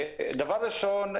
דבר ראשון,